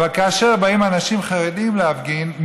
אבל כאשר באים אנשים חרדים להפגין,